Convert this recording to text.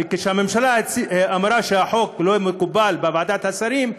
וכשהממשלה אמרה שהחוק לא התקבל בוועדת השרים,